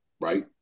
right